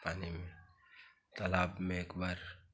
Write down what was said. पानी में तालाब में एकबार